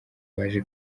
baje